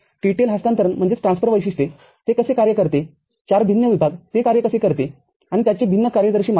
TTL हस्तांतरण वैशिष्ट्ये ते कसे कार्य करते ४ भिन्न विभाग ते कार्य कसे करते आणि त्याचे भिन्न कार्यदर्शी मापदंड